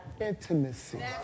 intimacy